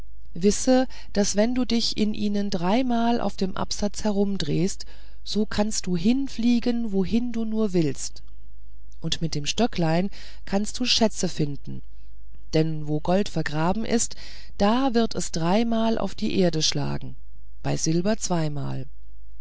wisse daß wenn du dich in ihnen dreimal auf dem absatz herumdrehst so kannst du hinfliegen wohin du nur willst und mit dem stöcklein kannst du schätze finden denn wo gold vergraben ist da wird es dreimal auf die erde schlagen bei silber aber zweimal